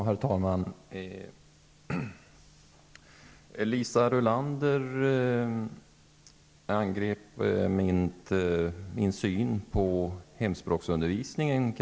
Herr talman! Liisa Rulander angrep kraftigt min syn på hemspråksundervisningen.